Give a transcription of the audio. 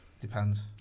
Depends